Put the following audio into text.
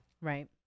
Right